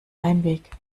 heimweg